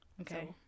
Okay